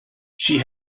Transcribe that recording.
she